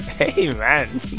Amen